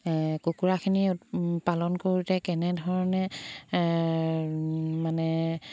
কুকুৰাখিনি পালন কৰোঁতে কেনেধৰণে মানে